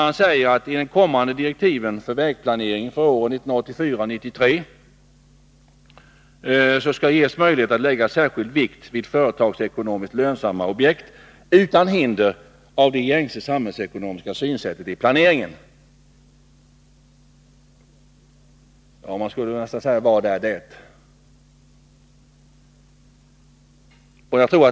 Han uttalar att ”i de kommande direktiven för vägplaneringen för åren 1984-1993 skall ges möjlighet att lägga särskild vikt vid sådana företagsekonomiskt lönsamma objekt utan hinder av det gängse samhällsekonomiska synsättet i planeringen”. Man skulle kunna ställa frågan: Vad menas med detta?